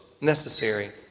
necessary